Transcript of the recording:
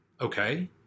Okay